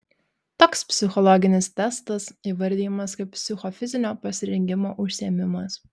toks psichologinis testas įvardijamas kaip psichofizinio pasirengimo užsiėmimas